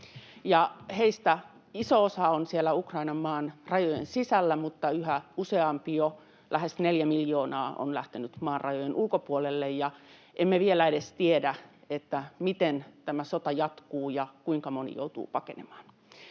Heistä iso osa on siellä Ukrainassa, maan rajojen sisällä, mutta yhä useampi, jo lähes neljä miljoonaa, on lähtenyt maan rajojen ulkopuolelle, ja emme vielä edes tiedä, miten tämä sota jatkuu ja kuinka moni joutuu pakenemaan.